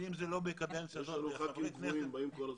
יש לנו חברי כנסת קבועים שבאים כל הזמן.